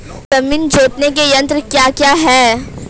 जमीन जोतने के यंत्र क्या क्या हैं?